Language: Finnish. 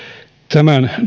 tämän